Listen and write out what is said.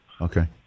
Okay